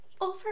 over